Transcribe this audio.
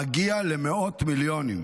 מגיע למאות מיליונים.